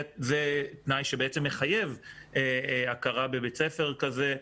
זה תנאי שבעצם מחייב הכרה בבית ספר כזה,